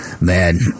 Man